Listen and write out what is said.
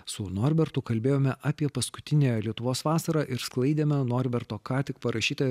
su norbertu kalbėjome apie paskutinę lietuvos vasarą išsklaidėme norberto ką tik parašytą